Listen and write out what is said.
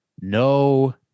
no